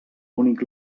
únic